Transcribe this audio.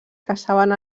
caçaven